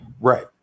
Right